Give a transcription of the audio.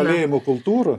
kalėjimo kultūrą